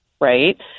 right